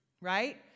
right